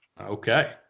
Okay